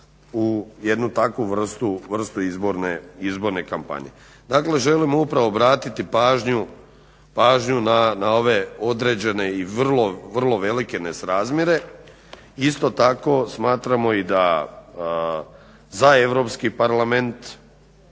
u jednu takvu vrstu izborne kampanje. Dakle želim upravo obratiti pažnju na ove određene i vrlo velike nesrazmjere. Isto tako smatramo i da za Europski parlament,